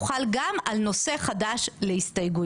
הוא חל גם על נושא חדש להסתייגויות.